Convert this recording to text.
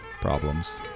problems